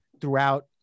throughout